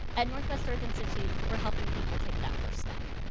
at northwest earth institute we're helping people take that first step.